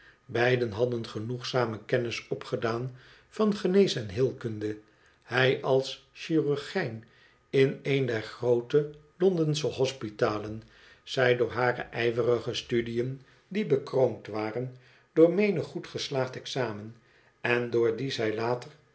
beiden hadden genoegzame kennis opgedaan van genees en heelkunde hij als chirurgijn in een der groote dondensche hospitalen zij door hare ijverige studiën die bekroond waren door menig goed geslaagd examen en doordien zij later